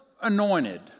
anointed